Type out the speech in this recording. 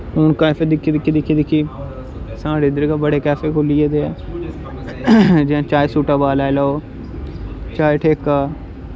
हून कैफे दिक्खी दिक्खी दिक्खी साढ़े इद्धर गै बड़े कैफे खुह्ल्ली गेदे जिटयां ताए सूटा लै लो चाए ठेका